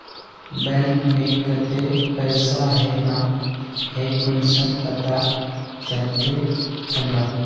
Bank में केते पैसा है ना है कुंसम पता चलते हमरा?